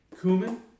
Cumin